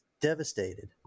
Devastated